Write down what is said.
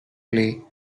play